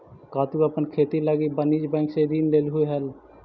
का तु अपन खेती लागी वाणिज्य बैंक से ऋण लेलहुं हल?